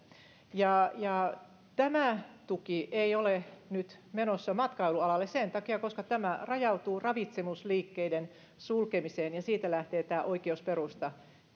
tämä tuki ei ole nyt menossa matkailualalle sen takia koska tämä rajautuu ravitsemusliikkeiden sulkemiseen siitä lähtee tämä oikeusperusta